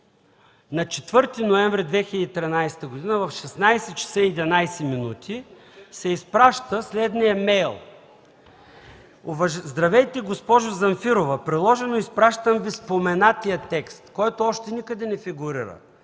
на 4 ноември 2013 г. в 16,11 ч. се изпраща следният мейл: „Здравейте, госпожо Замфирова! Приложено, изпращам Ви споменатия текст, ...” който още никъде не фигурира.